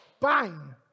bang